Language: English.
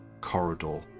corridor